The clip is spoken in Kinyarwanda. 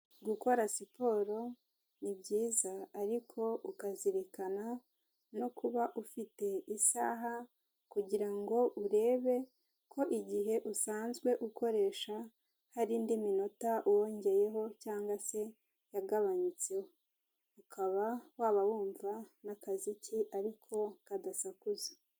Gukora siporo ni byiza ariko ukazirikana no kuba ufite isaha kugira ngo urebe ko igihe usanzwe ukoresha hari indi minota wongeyeho cyangwa se yagabanyutse, ukaba waba wumva n'akaziki ariko kadasakuza.